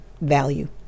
value